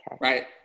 right